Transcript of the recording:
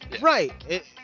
right